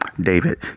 David